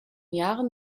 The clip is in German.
jahren